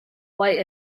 why